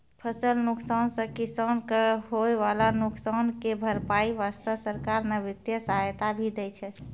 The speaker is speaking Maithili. फसल नुकसान सॅ किसान कॅ होय वाला नुकसान के भरपाई वास्तॅ सरकार न वित्तीय सहायता भी दै छै